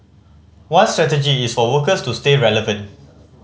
one strategy is for workers to stay relevant